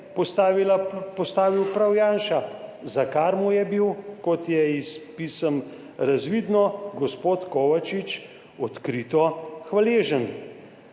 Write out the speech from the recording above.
postavil prav Janša, za kar mu je bil, kot je iz pisem razvidno, gospod Kovačič odkrito hvaležen.